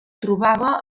trobava